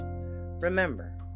Remember